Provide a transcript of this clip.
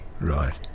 Right